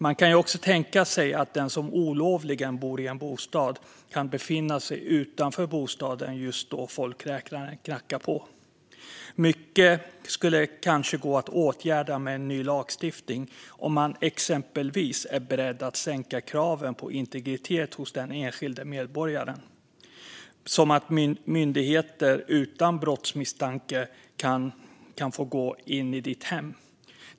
Man kan också tänka sig att den som olovligen bor i en bostad kan befinna sig utanför bostaden just när folkräknaren knackar på. Mycket skulle kanske gå att åtgärda med ny lagstiftning om man exempelvis är beredd att sänka kraven på integritet för den enskilde medborgaren, till exempel att myndigheter utan brottsmisstanke kan få gå in i ditt hem.